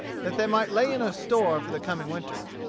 that they might lay in a store for the coming winter.